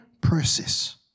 process